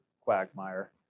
quagmire